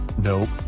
nope